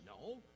No